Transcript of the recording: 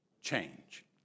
change